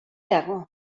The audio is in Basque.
dago